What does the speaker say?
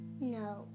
No